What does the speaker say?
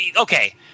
okay